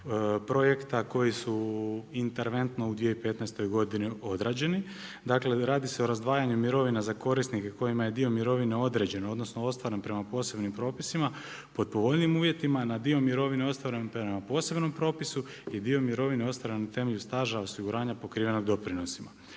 projekta koji su interventno u 2015. godini odrađeni. Radi se o razdvajanju mirovina za korisnike kojima je dio mirovine određeno, odnosno ostvaren prema posebnim propisima, po povoljnijim uvjetima, na dio mirovine ostvaren prema posebnom propisu i dio mirovine ostvaren na temelju staža osiguranja pokrivenog doprinosima.